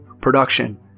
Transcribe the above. production